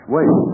Wait